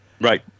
Right